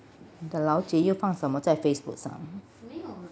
你的老姐又放什么在 Facebook 上